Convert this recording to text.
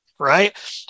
Right